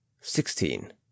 Sixteen